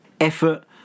effort